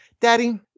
Daddy